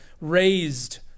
raised